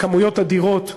בכמויות אדירות,